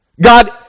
God